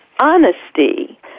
Honesty